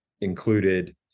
included